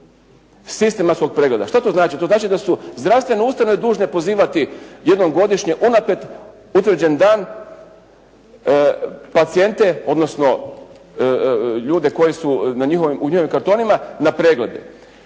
sistematskog pregleda. Šta to znači? To znači da su zdravstvene ustanove dužne pozivati jednom godišnje unaprijed utvrđen dan pacijente odnosno ljude koji su u njihovim kartonima na preglede.